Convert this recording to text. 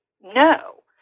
no